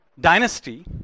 dynasty